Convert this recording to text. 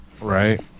right